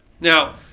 Now